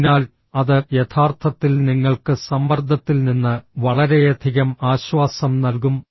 അതിനാൽ അത് യഥാർത്ഥത്തിൽ നിങ്ങൾക്ക് സമ്മർദ്ദത്തിൽ നിന്ന് വളരെയധികം ആശ്വാസം നൽകും